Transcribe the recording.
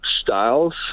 styles